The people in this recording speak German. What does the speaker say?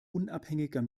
unabhängiger